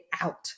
out